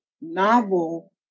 novel